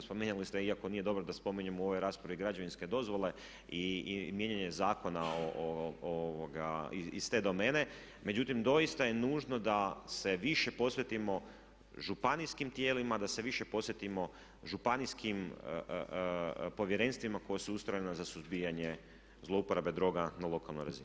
Spominjali ste, iako nije dobro da spominjemo u ovoj raspravi građevinske dozvole i mijenjanje zakona iz te domene, međutim doista je nužno da se više posvetimo županijskim tijelima, da se više posvetimo županijskim povjerenstvima koja su ustrojena za suzbijanje zlouporabe droga na lokalnoj razini.